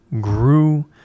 grew